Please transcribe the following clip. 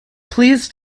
please